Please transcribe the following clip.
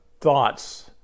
thoughts